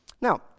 Now